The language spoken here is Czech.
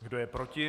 Kdo je proti?